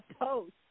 post